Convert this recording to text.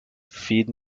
feed